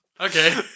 Okay